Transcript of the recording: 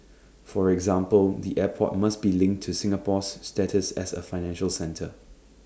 for example the airport must be linked to Singapore's status as A financial centre